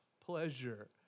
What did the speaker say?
pleasure